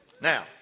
Now